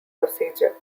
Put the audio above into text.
procedure